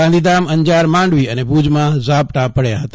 ગાંધીધામ અંજાર માંડવી અને ભુજમાં ઝપાટાં પડયા હતા